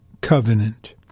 covenant